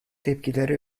tepkilere